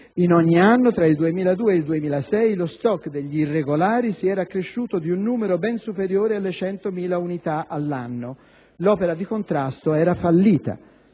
In ogni anno, tra il 2002 e il 2006, lo *stock* degli irregolari si era accresciuto di un numero ben superiore alle 100.000 unità. L'opera di contrasto era fallita.